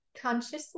consciously